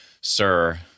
Sir